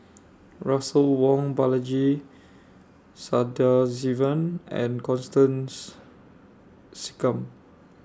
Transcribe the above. Russel Wong Balaji Sadasivan and Constance Singam